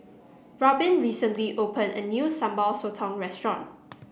Robyn recently opened a new Sambal Sotong restaurant